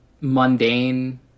mundane